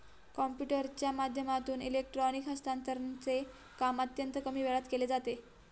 कम्प्युटरच्या माध्यमातून इलेक्ट्रॉनिक हस्तांतरणचे काम अत्यंत कमी वेळात केले जाते